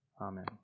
Amen